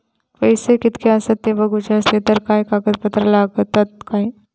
पैशे कीतके आसत ते बघुचे असले तर काय कागद पत्रा लागतात काय?